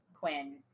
Quinn